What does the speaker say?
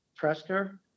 Presker